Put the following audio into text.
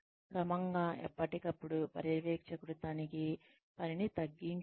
క్రమంగా ఎప్పటికప్పుడు పర్యవేక్షణ తనిఖీ పనిని తగ్గించండి